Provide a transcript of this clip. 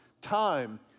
time